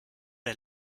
der